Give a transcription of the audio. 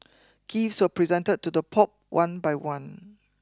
gifts were presented to the Pope one by one